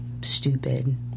stupid